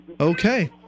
Okay